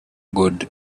good